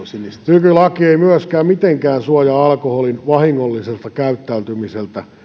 nykylaki ei myöskään mitenkään suojaa alkoholin vahingolliselta käyttämiseltä